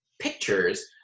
pictures